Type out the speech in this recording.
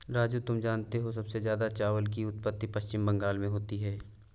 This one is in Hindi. राजू तुम जानते हो सबसे ज्यादा चावल की उत्पत्ति पश्चिम बंगाल में होती है